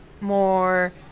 more